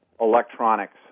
electronics